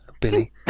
Billy